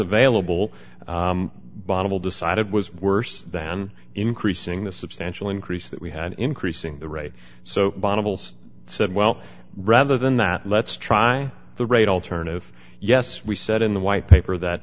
available bottle decided was worse than increasing the substantial increase that we had increasing the rate so bottles said well rather than that let's try the right alternative yes we said in the white paper that